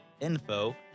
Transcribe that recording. info